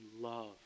love